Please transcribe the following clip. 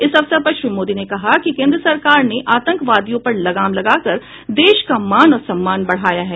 इस अवसर पर श्री मोदी ने कहा कि केन्द्र सरकार ने आतंकवादियों पर लगाम लगाकर देश का मान और सम्मान बढ़ाया है